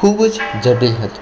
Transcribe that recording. ખૂબ જ જટિલ હતું